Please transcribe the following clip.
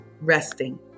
resting